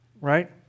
right